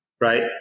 right